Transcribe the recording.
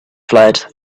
flight